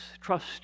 Trust